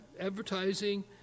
Advertising